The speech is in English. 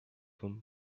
him